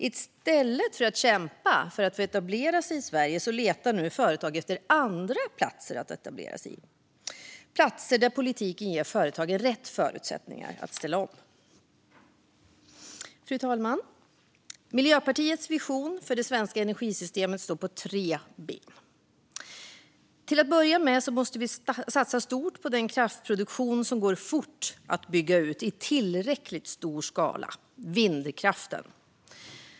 I stället för att kämpa för att få etablera sig i Sverige letar företag nu efter andra platser att etablera sig på, där politiken ger företagen rätt förutsättningar för att ställa om. Fru talman! Miljöpartiets vision för det svenska energisystemet står på tre ben. Till att börja med måste vi satsa stort på den kraftproduktion som går fort att bygga ut i tillräckligt stor skala: vindkraften.